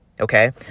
okay